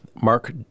Mark